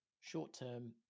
short-term